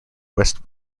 west